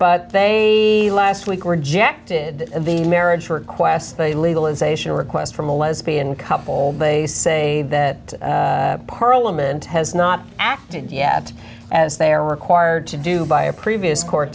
but they last week rejected the marriage requests they legalisation request from a lesbian couple they say that parliament has not acted yet as they are required to do by a previous court